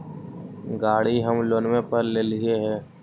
गाड़ी हम लोनवे पर लेलिऐ हे?